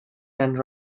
and